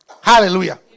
Hallelujah